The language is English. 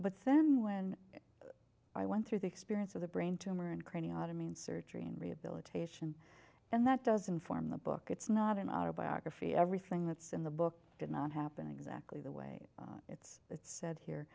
but then when i went through the experience of the brain tumor and craniotomy and surgery and rehabilitation and that does inform the book it's not an autobiography everything that's in the book did not happen exactly the way it's said here